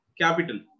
capital